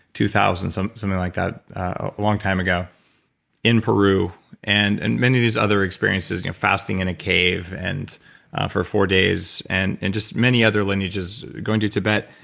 two thousand, something like that, a long time ago in peru and and many of these other experiences. fasting in a cave and for four days and and just many other lineages, going to tibet.